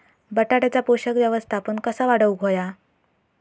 बटाट्याचा पोषक व्यवस्थापन कसा वाढवुक होया?